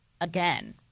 again